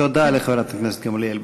תודה לחברת הכנסת גמליאל.